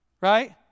right